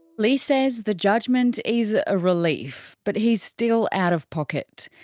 leigh says the judgement is a relief but he's still out of pocket.